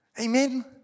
Amen